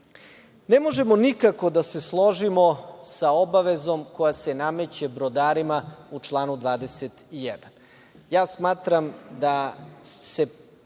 možemo nikako da se složimo sa obavezom koja se nameće brodarima u članu 21. Ja smatram da će